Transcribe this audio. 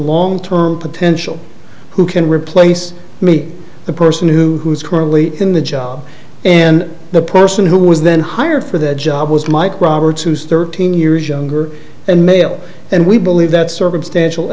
long term potential who can replace meet the person who is currently in the job and the person who was then hired for that job was mike roberts who is thirteen years younger and male and we believe that circumstantial